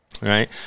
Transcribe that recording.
right